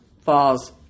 falls